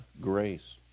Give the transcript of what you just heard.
grace